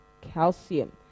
calcium